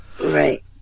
right